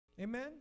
Amen